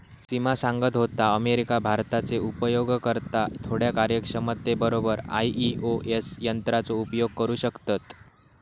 सिमा सांगत होता, अमेरिका, भारताचे उपयोगकर्ता थोड्या कार्यक्षमते बरोबर आई.ओ.एस यंत्राचो उपयोग करू शकतत